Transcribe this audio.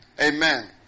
Amen